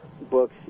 books